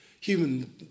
Human